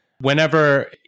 whenever